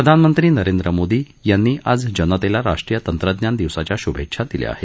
प्रधानमंत्री नरेंद्र मोदी यांनी आज जनतेला राष्ट्रीय तंत्रज्ञान दिवसाच्या शुभेच्छा दिल्या आहेत